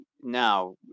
now